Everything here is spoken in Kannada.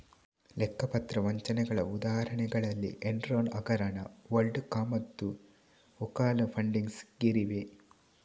ಲೆಕ್ಕ ಪತ್ರ ವಂಚನೆಗಳ ಉದಾಹರಣೆಗಳಲ್ಲಿ ಎನ್ರಾನ್ ಹಗರಣ, ವರ್ಲ್ಡ್ ಕಾಮ್ಮತ್ತು ಓಕಾಲಾ ಫಂಡಿಂಗ್ಸ್ ಗೇರಿವೆ